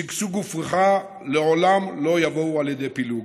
שגשוג ופריחה לעולם לא יבואו על ידי פילוג.